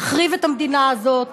להחריב את המדינה הזאת,